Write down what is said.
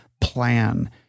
plan